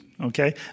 Okay